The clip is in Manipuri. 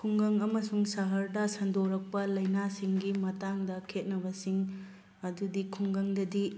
ꯈꯨꯡꯒꯪ ꯑꯃꯁꯨꯡ ꯁꯍꯔꯗ ꯁꯟꯗꯣꯔꯛꯄ ꯂꯩꯅꯥꯁꯤꯡꯒꯤ ꯃꯇꯥꯡꯗ ꯈꯦꯠꯅꯕꯁꯤꯡ ꯑꯗꯨꯗꯤ ꯈꯨꯡꯒꯪꯗꯗꯤ